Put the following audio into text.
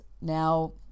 Now